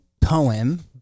poem